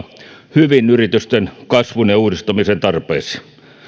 hyvin yritysten kasvun ja uudistumisen tarpeisiin